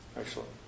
Excellent